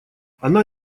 она